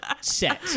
Set